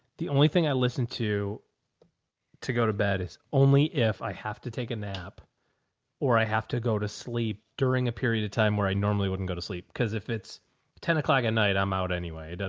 the only thing i listened to to go to bed is only if i have to take a nap or i have to go to sleep during a period of time where i normally wouldn't go to sleep. cause if it's ten o'clock at night, i'm out anyway, it and